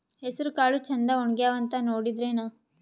ಹೆಸರಕಾಳು ಛಂದ ಒಣಗ್ಯಾವಂತ ನೋಡಿದ್ರೆನ?